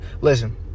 Listen